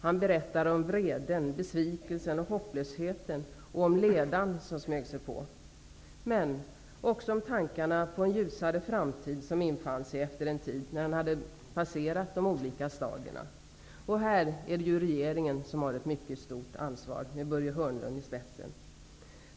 Han berättade om vreden, besvikelsen och hopplösheten, om ledan som smög sig på, men också om tankarna på en ljusare framtid som infann sig efter en tid, när han hade passerat de olika stadierna. Här är det regeringen, med Börje Hörnlund i spetsen, som har ett mycket stort ansvar.